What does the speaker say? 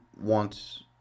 wants